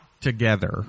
Together